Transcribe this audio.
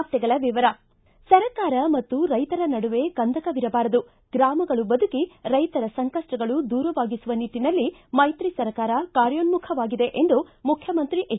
ವಾರ್ತೆಗಳ ವಿವರ ಸರ್ಕಾರ ಮತ್ತು ರೈತರ ನಡುವೆ ಕಂದಕವಿರಬಾರದು ಗ್ರಾಮಗಳು ಬದುಕಿ ರೈತರ ಸಂಕಷ್ಟಗಳು ದೂರವಾಗಿಸುವ ನಿಟ್ಟನಲ್ಲಿ ಮೈತ್ರಿ ಸರ್ಕಾರ ಕಾರ್ಯೋನ್ನುಖವಾಗಿದೆ ಎಂದು ಮುಖ್ವಮಂತ್ರಿ ಎಚ್